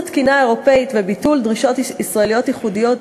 אימוץ התקינה האירופית וביטול דרישות ישראליות ייחודיות,